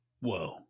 whoa